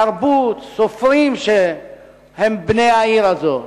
תרבות, סופרים שהם בני העיר הזאת.